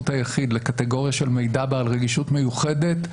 היחיד לקטגוריה של מידע בעל רגישות מיוחדת,